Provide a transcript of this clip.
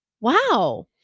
wow